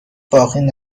باقی